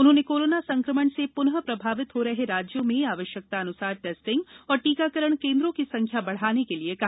उन्होंने कोरोना संक्रमण से पुनः प्रभावित हो रहे राज्यों में आवश्यकतानुसार टेस्टिंग और टीकाकरण केंद्रों की संख्या बढ़ाने के लिए कहा